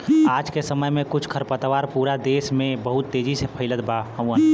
आज के समय में कुछ खरपतवार पूरा देस में बहुत तेजी से फइलत हउवन